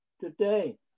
today